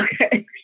okay